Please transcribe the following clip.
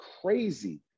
crazy